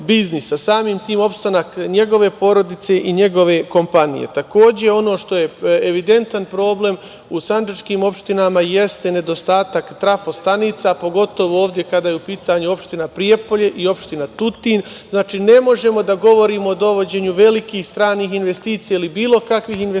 samim tim opstanak njegove porodice i njegove kompanije. Takođe, ono što je evidentan problem u sandžačkim opštinama, jeste nedostatak trafo stanica, pogotovu ovde kada je u pitanju opštine Prijepolje i opština Tutin. Znači, ne možemo da govorimo o dovođenju velikih stranih investicija ili bilo kakvih investicija